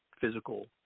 physical